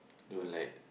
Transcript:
don't like